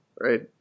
right